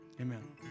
amen